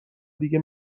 دیگه